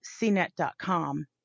CNET.com